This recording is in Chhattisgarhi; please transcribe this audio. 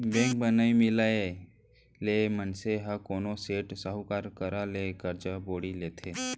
बेंक म नइ मिलय ले मनसे ह कोनो सेठ, साहूकार करा ले करजा बोड़ी लेथे